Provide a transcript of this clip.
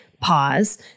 pause